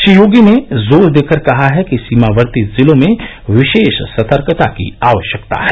श्री योगी ने जोर देकर कहा है कि सीमावर्ती जिलों में विशेष सतर्कता की आवश्यकता है